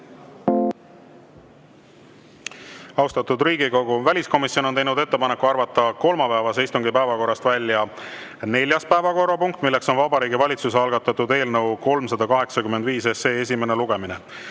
Riigikogu! Väliskomisjon on teinud ettepaneku arvata kolmapäevase istungi päevakorrast välja neljas päevakorrapunkt, milleks on Vabariigi Valitsuse algatatud eelnõu 385 esimene lugemine.